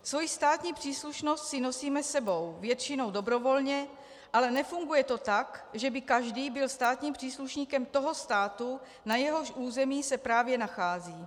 Svoji státní příslušnost si nosíme sebou, většinou dobrovolně, ale nefunguje to tak, že by každý byl státním příslušníkem toho státu, na jehož území se právě nachází.